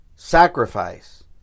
Sacrifice